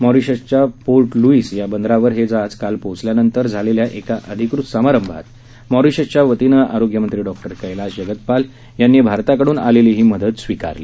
मॉरिशसच्या Port Louis या बंदरावर हे जहाज काल पोहोचल्यानंतर झालेल्या एका अधिकृत समारंभात मॉरिशसच्या वतीनं आरोग्य मंत्री डॉक्टर कैलाश जगत्पाल यांनी भारताकडून आलेली ही मदत स्वीकारली